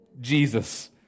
Jesus